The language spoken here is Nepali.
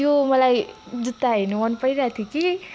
त्यो मलाई जुत्ता हेर्नु मनपरिरहेको थियो कि